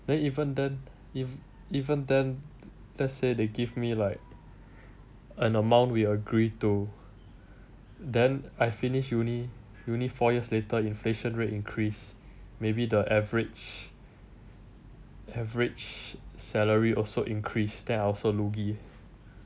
then even then ev~ even then let's say they give me like an amount we agree to then I finish uni uni four years later then inflation rate increase maybe the average average salary also increase then I also loogi